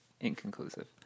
Inconclusive